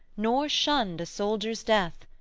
nor shunned a soldier's death,